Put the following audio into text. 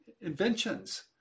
inventions